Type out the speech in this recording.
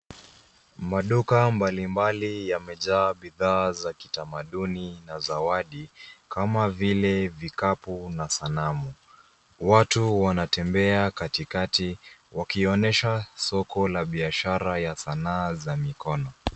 Maduka mbalimbali yamejaa bidhaa za kitamaduni na zawadi kama vile vikapu na sanamu. Watu wanatembea katikati wakionyesha soko la biashara ya sanaa za mikono.